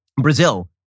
Brazil